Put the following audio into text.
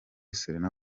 serena